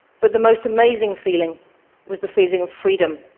but the most amazing feeling was the feeling of freedom,